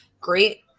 great